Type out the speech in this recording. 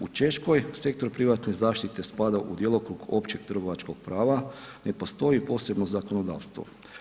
U Češkoj sektor privatne zaštite spada u djelokrug općeg trgovačkog prava, ne postoji posebno zakonodavstvo.